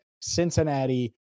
Cincinnati